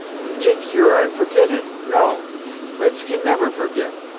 you t'ink huron forget it? no red-skin never forget!